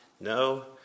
No